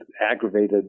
aggravated